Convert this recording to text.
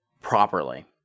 properly